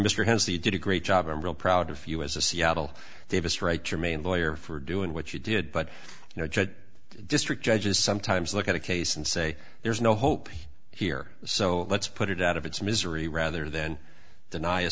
mr has he did a great job i'm real proud of you as a seattle davis right jermaine lawyer for doing what you did but you know judge district judges sometimes look at a case and say there's no hope here so let's put it out of its misery rather than deny a